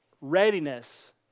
Readiness